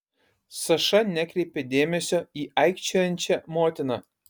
saša nekreipė dėmesio į aikčiojančią motiną